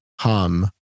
hum